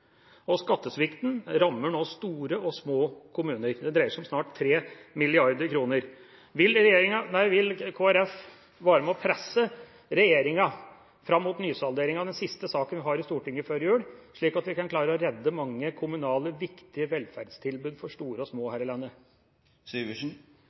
inne. Skattesvikten rammer nå store og små kommuner. Det dreier seg om snart 3 mrd. kr. Vil Kristelig Folkeparti være med og presse regjeringa fram mot nysalderinga, den siste saken vi har i Stortinget før jul, slik at vi kan klare å redde mange kommunale, viktige velferdstilbud for store og små